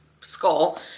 skull